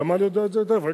ג'מאל יודע את זה היטב,